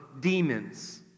demons